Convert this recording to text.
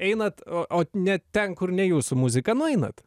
einat o o ne ten kur ne jūsų muzika nueinat